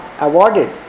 awarded